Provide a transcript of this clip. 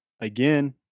Again